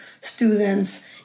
students